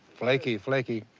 flaky, flaky.